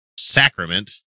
Sacrament